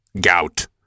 gout